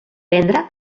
vendre